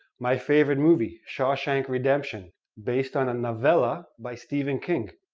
my favorite movie, shawshank redemption, based on a novela by stephen king,